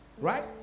right